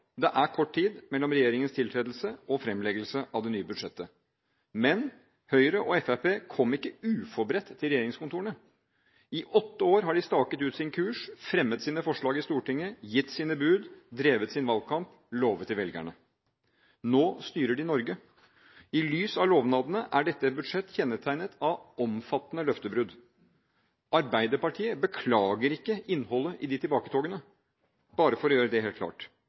det er kort tid mellom regjeringens tiltredelse og fremleggelse av det nye budsjettet, men Høyre og Fremskrittspartiet kom ikke uforberedt til regjeringskontorene. I åtte år har de staket ut sin kurs, fremmet sine forslag i Stortinget, gitt sine bud, drevet sin valgkamp og lovet til velgerne. Nå styrer de Norge. I lys av lovnadene er dette et budsjett kjennetegnet av omfattende løftebrudd. Arbeiderpartiet beklager ikke innholdet i disse tilbaketogene – bare for å gjøre det helt klart.